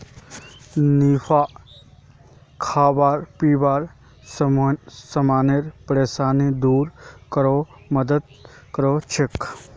निफा खाबा पीबार समानेर परेशानी दूर करवार मदद करछेक